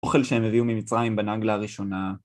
אוכל שהם הביאו ממצרים בנגלה הראשונה.